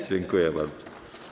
Dziękuję bardzo.